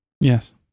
Yes